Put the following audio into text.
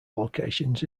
locations